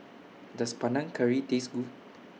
Does Panang Curry Taste Good